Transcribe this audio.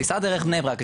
תיסע דרך בני ברק,